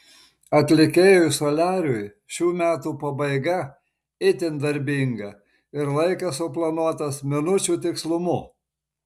atlikėjui soliariui šių metų pabaiga itin darbinga ir laikas suplanuotas minučių tikslumu